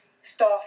staff